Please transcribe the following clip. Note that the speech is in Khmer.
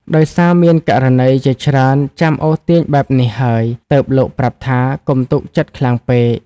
ដោយសារមានករណីជាច្រើនចាំអូសទាញបែបនេះហើយ ទើបលោកប្រាប់ថា កុំទុកចិត្តខ្លាំងពេក ។